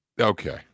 Okay